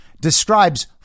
describes